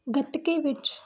ਗੱਤਕੇ ਵਿੱਚ